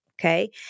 Okay